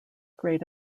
great